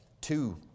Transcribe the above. two